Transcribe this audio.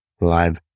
live